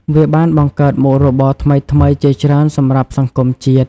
វាបានបង្កើតមុខរបរថ្មីៗជាច្រើនសម្រាប់សង្គមជាតិ។